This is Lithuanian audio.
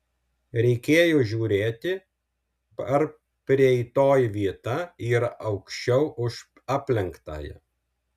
reikėjo žiūrėti ar prieitoji vieta yra aukščiau už aplenktąją